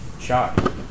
shot